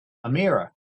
amira